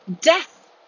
death